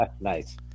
Nice